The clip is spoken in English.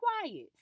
quiet